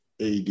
AD